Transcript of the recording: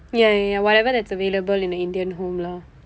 ya ya ya whatever that's available in a indian home lah